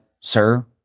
sir